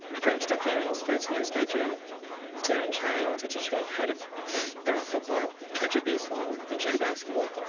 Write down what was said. from stuffed an a and malls placed in his bedroom to him trying to teach me how to throw a football, catch a baseball, and shoot a basketball.